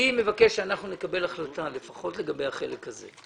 שאנחנו נקבל החלטה לפחות לגבי החלק הזה.